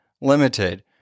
Limited